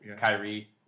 Kyrie